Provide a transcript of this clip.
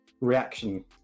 reaction